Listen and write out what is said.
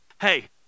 Hey